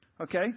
Okay